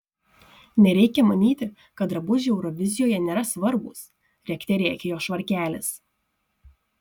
nereikia manyti kad drabužiai eurovizijoje nėra svarbūs rėkte rėkė jo švarkelis